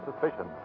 suspicion